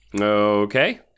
Okay